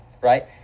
right